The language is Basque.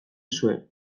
zuen